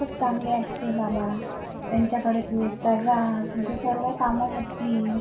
खूप चांगले आएत ते बाबा त्यांच्याकडे तू एकदा जा तुजे सर्व कामं होतील